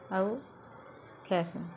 ଆଉ ଖାଏସୁଁ